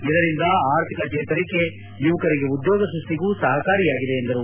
ಇದರಿಂದ ಆರ್ಥಿಕ ಚೇತರಿಕೆ ಯುವಕರಿಗೆ ಉದ್ಯೋಗ ಸೃಷ್ಟಿಗೂ ಸಹಕಾರಿಯಾಗಲಿದೆ ಎಂದರು